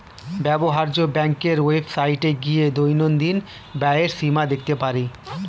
ব্যবহার্য ব্যাংকের ওয়েবসাইটে গিয়ে দৈনন্দিন ব্যয়ের সীমা দেখতে পারি